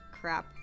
crap